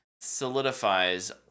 solidifies